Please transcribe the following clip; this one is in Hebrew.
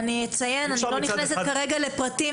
לא נכנסת כרגע לפרטים,